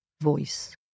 voice